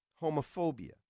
Homophobia